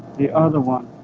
the other one